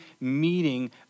meeting